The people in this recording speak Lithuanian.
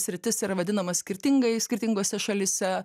sritis yra vadinama skirtingai skirtingose šalyse